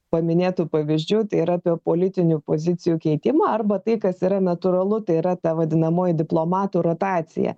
paminėtų pavyzdžių tai yra apie politinių pozicijų keitimą arba tai kas yra natūralu tai yra ta vadinamoji diplomatų rotacija